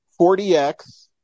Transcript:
40x